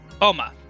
Oma